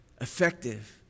effective